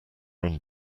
run